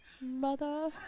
Mother